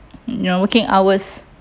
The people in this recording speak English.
ya working hours